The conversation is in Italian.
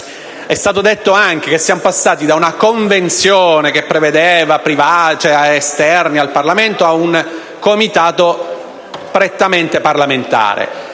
è stato detto anche che si è passati da una Convenzione, che prevedeva esterni al Parlamento, ad un Comitato, prettamente parlamentare.